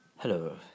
Hello